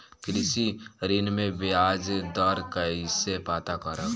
कृषि ऋण में बयाज दर कइसे पता करब?